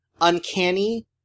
uncanny